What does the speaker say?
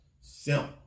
Simple